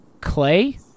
clay